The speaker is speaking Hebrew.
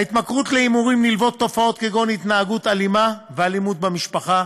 להתמכרות להימורים נלוות תופעות כגון התנהגות אלימה ואלימות במשפחה,